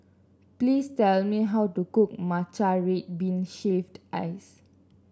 please tell me how to cook Matcha Red Bean Shaved Ice